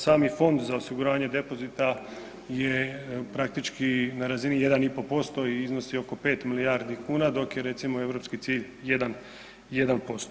Sami Fond za osiguranje depozita je praktički na razini 1,5% i iznosi oko 5 milijardi kuna dok je recimo europski cilj 1%